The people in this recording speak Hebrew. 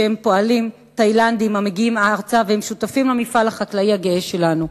שהן פועלים תאילנדים המגיעים ארצה והם שותפים למפעל החקלאי הגאה שלנו.